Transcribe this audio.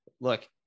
look